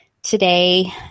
today